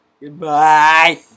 Goodbye